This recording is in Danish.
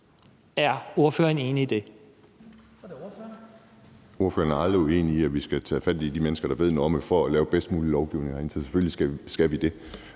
Er ordføreren enig i det?